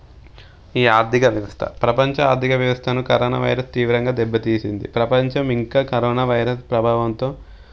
ఈ ఆర్థిక వ్యవస్థ ప్రపంచ ఆర్థిక వ్యవస్థను కరోనా వైరస్ తీవ్రంగా దెబ్బతీసింది ప్రపంచం ఇంకా కరోనా వైరస్ ప్రభావంతో